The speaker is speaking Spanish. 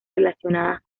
relacionadas